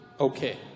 okay